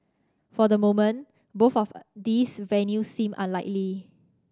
for the moment both of these venues seem unlikely